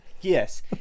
Yes